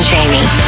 Jamie